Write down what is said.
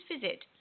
visit